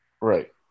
Right